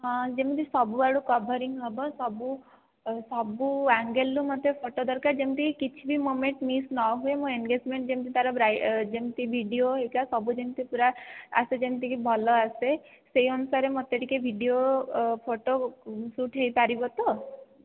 ହଁ ଯେମିତି ସବୁ ଆଡ଼ୁ କଭରିଙ୍ଗ ହେବ ସବୁ ସବୁ ଅଙ୍ଗେଲରୁ ମୋତେ ଫଟୋ ଦରକାର ଯେମିତିକି କିଛି ବି ମୋମେଣ୍ଟ ମିସ ନହୁଏ ମୋ ଏନଗେଜମେଣ୍ଟ ଯେମିତି ତାର ବ୍ରାଇ ଯେମିତି ଭିଡିଓ ହେରିକା ସବୁ ଯେମିତି ପୁରା ଆସେ ଯେମିତି କି ଭଲ ଆସେ ସେହି ଅନୁସାରେ ମୋତେ ଟିକେ ଭିଡିଓ ଫଟୋ ଉଠାଇ ପାରିବ ତ